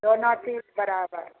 दोनो चीज बराबर